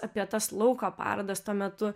apie tas lauko parodas tuo metu